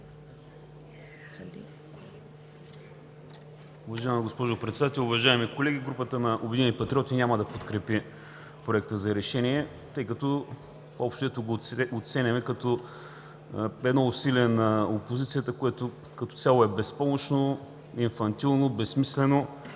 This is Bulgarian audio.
уважаеми колеги! Групата на „Обединени патриоти“ няма да подкрепи Проекта за решение, тъй като общо взето го оценяваме като едно усилиe на опозицията, което като цяло е безпомощно, инфантилно, безсмислено,